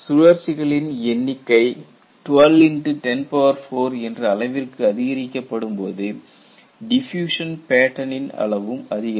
சுழற்சி களின் எண்ணிக்கை 12 X 104 என்ற அளவிற்கு அதிகரிக்கப்படும் போது டிஃப்யூஷன் பேட்டனின் அளவும் அதிகரிக்கும்